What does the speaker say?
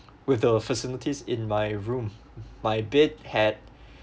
with the facilities in my room my bed had